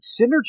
synergy